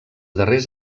darrers